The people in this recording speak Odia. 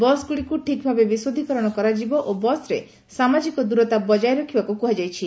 ବସ୍ଗୁଡିକୁ ଠିକ୍ଭାବେ ବିଶୋଧକରଣ କରାଯିବ ଓ ବସ୍ରେ ସାମାଜିକ ଦୂରତା ବଜାୟୀ ରଖିବାକୁ କୁହାଯାଇଛି